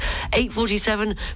8.47